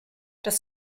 das